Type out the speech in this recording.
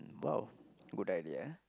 !wow! good idea